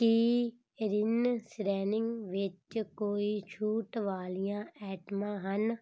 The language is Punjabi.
ਕੀ ਰਿਨ ਸ਼੍ਰੇਣੀ ਵਿੱਚ ਕੋਈ ਛੂਟ ਵਾਲੀਆਂ ਆਈਟਮਾਂ ਹਨ